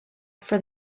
for